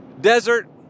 desert